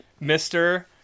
Mr